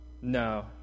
No